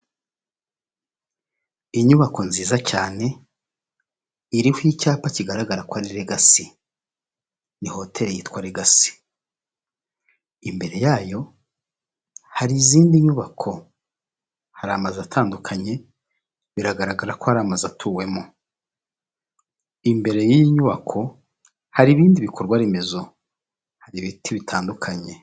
Inyubako nziza cyane iriho icyapa kigaragara ko ari legassi ni hoteri yitwa rigasi imbere yayo hari izindi nyubako, hari amazu atandukanye biragaragara ko ari amazu atuwemo, imbere y'iyi nyubako hari ibindi bikorwaremezo hari ibiti bitandukanye.